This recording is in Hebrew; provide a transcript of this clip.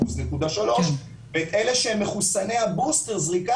אחוז נקודה שלוש ואת אלה שהם מחוסני הבוסטר זריקה